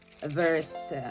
verse